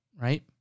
right